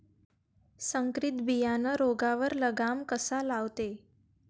संकरीत बियानं रोगावर लगाम कसा लावते?